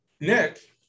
nick